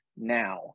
now